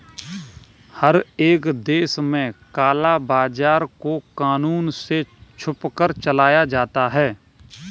हर एक देश में काला बाजार को कानून से छुपकर चलाया जाता है